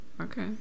Okay